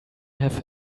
have